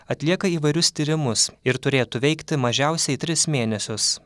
atlieka įvairius tyrimus ir turėtų veikti mažiausiai tris mėnesius